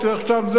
תלך שם,